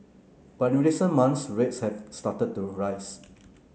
but in recent months rates have started to rise